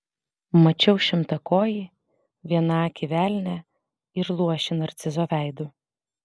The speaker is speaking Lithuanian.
mačiau šimtakojį vienakį velnią ir luošį narcizo veidu